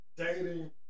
Dating